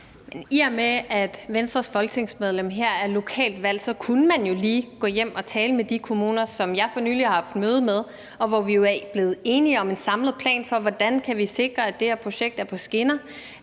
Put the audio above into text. i og med at Venstres folketingsmedlem her er lokalt valgt, kunne man jo lige gå hjem og tale med de kommuner, som jeg for nylig har haft møde med, hvor vi blev enige om en samlet plan for, hvordan vi kan sikre, at det her projekt er på skinner,